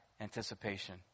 anticipation